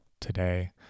today